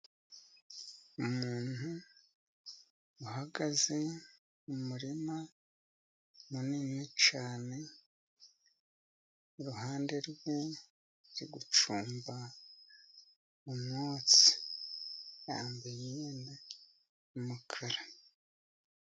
Umuntu ahagaze mu murima munini cyane , iruhande rwe hari gucumba umwotsi, yambaye imyenda y'umukara.